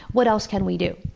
what else can we do?